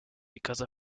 because